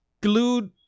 glued